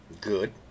Good